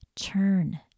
turn